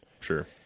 Sure